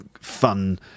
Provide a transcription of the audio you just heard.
fun